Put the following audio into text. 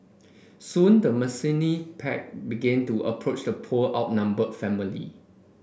soon the menacing pack began to approach the poor outnumbered family